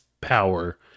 power